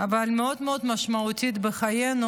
אבל מאוד מאוד משמעותית בחיינו,